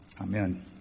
Amen